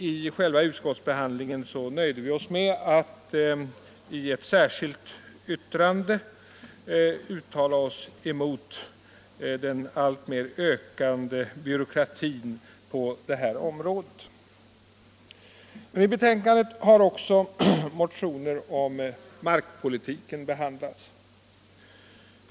I själva utskottsbehandlingen nöjde vi oss med att i ett särskilt yttrande uttala oss emot den alltmer ökande byråkratin på det här området. I betänkandet har också motioner om markpolitiken behandlats.